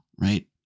Right